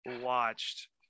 watched